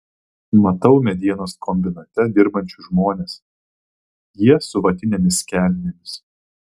matau medienos kombinate dirbančius žmones jie su vatinėmis kelnėmis